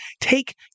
take